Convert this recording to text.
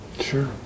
Sure